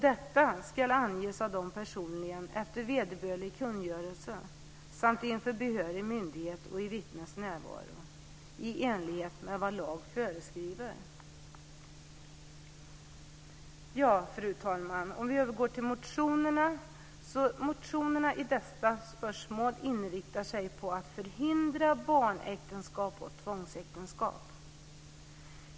Detta ska anges av dem personligen efter vederbörlig kungörelse samt inför behörig myndighet och i vittnens närvaro, i enlighet med vad lag föreskriver. Fru talman! Vi kan övergå till motionerna. Motionerna i dessa spörsmål inriktar sig på att förhindra barnäktenskap och tvångsäktenskap.